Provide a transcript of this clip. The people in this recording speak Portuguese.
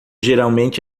geralmente